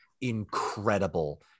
incredible